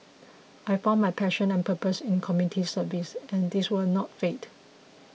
I found my passion and purpose in community service and this will not fade